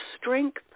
strength